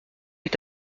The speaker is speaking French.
est